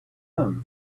poem